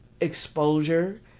exposure